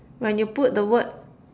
when you put the word